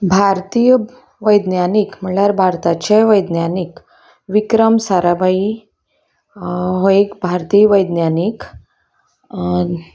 भारतीय वैज्ञानीक म्हणल्यार भारताचे वैज्ञानीक विक्रम साराबाई हो एक भारतीय वैज्ञानीक